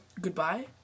Goodbye